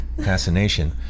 fascination